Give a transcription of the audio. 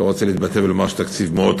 לא רוצה להתבטא ולומר תקציב מאוד קשה,